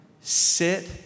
Sit